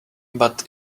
but